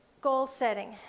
goal-setting